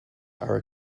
are